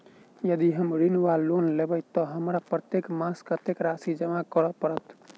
यदि हम ऋण वा लोन लेबै तऽ हमरा प्रत्येक मास कत्तेक राशि जमा करऽ पड़त?